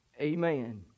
Amen